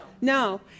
No